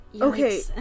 okay